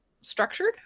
structured